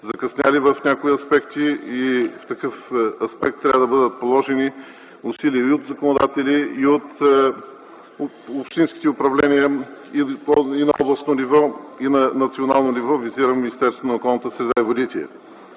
закъснели в някои аспекти и в такъв аспект трябва да бъдат положени усилия и от законодателя, и от общинските управления, както на областно, така и на национално ниво, визирам Министерството на околната среда и водите.